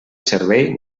servei